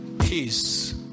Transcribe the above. peace